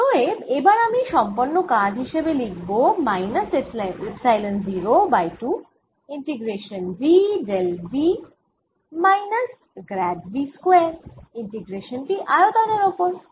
অতএব এবার আমি সম্পন্ন কাজ হিসেবে লিখব minus epsilon 0 by 2 integration V del V minus grad V square integration টি আয়তনের ওপর